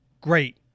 great